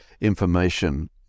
information